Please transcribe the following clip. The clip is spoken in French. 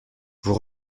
vous